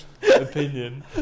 Opinion